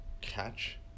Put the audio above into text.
catch